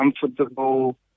comfortable